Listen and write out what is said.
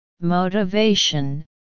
motivation